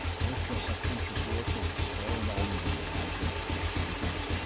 let your subconscious work for you turn on the niagara of the infinite.